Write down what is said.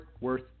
worth